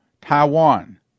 Taiwan